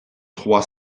trois